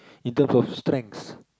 in terms of strengths